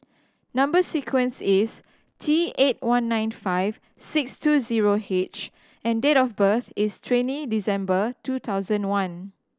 number sequence is T eight one nine five six two zero H and date of birth is twenty December two thousand one